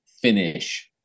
finish